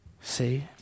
See